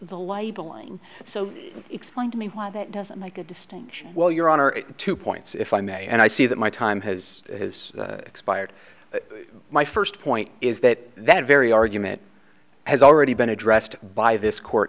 the libeling so explain to me why that doesn't make a distinction well your honor two points if i may and i see that my time has expired my first point is that that very argument has already been addressed by this court